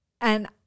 and-